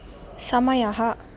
समयः